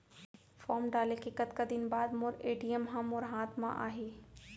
Form डाले के कतका दिन बाद मोर ए.टी.एम ह मोर हाथ म आही?